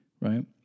Right